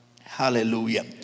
Hallelujah